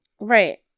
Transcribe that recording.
Right